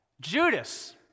Judas